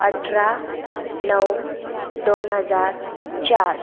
अठरा नऊ दोन हजार चार